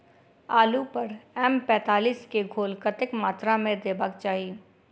आलु पर एम पैंतालीस केँ घोल कतेक मात्रा मे देबाक चाहि?